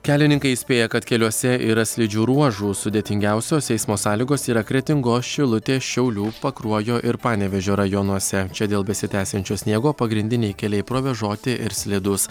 kelininkai įspėja kad keliuose yra slidžių ruožų sudėtingiausios eismo sąlygos yra kretingos šilutės šiaulių pakruojo ir panevėžio rajonuose čia dėl besitęsiančio sniego pagrindiniai keliai provėžoti ir slidūs